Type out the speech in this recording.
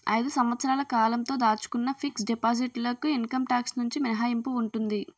ఐదు సంవత్సరాల కాలంతో దాచుకున్న ఫిక్స్ డిపాజిట్ లకు ఇన్కమ్ టాక్స్ నుంచి మినహాయింపు ఉంటుంది